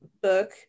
book